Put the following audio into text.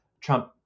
trump